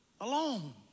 alone